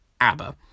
ABBA